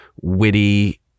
witty